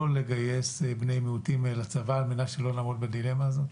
לגייס בני מיעוטים לצבא על מנת שלא לעמוד בדילמה הזאת?